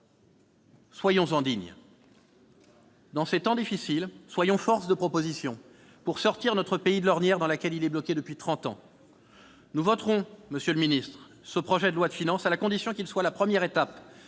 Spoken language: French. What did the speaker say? montrer dignes. En ces temps difficiles, soyons force de proposition pour sortir notre pays de l'ornière dans laquelle il est bloqué depuis trente ans. Monsieur le ministre, nous voterons ce projet de loi de finances, à la condition qu'il soit la première étape